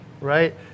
right